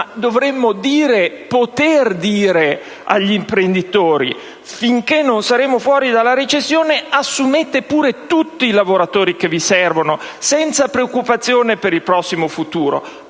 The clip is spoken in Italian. Dovremmo poter dire agli imprenditori: «Finché non saremo fuori dalla recessione, assumete pure tutti i lavoratori che vi servono, senza preoccupazione per il prossimo futuro: